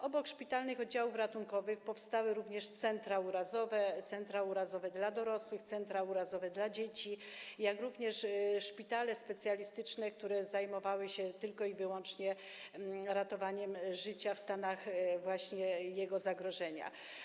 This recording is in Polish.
Obok szpitalnych oddziałów ratunkowych powstały również centra urazowe, centra urazowe dla dorosłych, centra urazowe dla dzieci, jak również szpitale specjalistyczne, które zajmowały się tylko i wyłącznie ratowaniem życia w stanach jego zagrożenia.